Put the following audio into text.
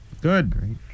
Good